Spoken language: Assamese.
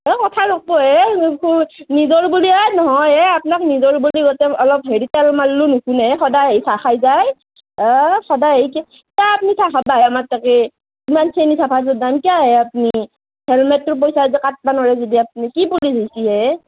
অ' কথা নকবো হে নিজৰ বুলি অঁ নহয় হে আপোনাক নিজৰ বুলি গোটেই অলপ হেৰি তেল মাল্লু নুশুনেহে সদায় আহি চাহ খাই যায় অঁ সদায় আহি কি কিয় আপুনি চাহ খাব আহেই আমাৰ তাতেই ইমান চেনি চাহপাতোৰ দাম কিয় আহেই আপুনি হেলমেতটোৰ পইচা কাটিব নৰেই যদি আপুনি কি পুলিচ হৈছে হে